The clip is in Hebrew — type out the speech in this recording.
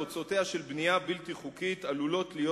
תוצאותיה של בנייה בלתי חוקית עלולות להיות